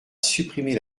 supprimer